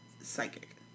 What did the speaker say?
psychic